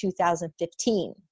2015